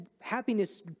happiness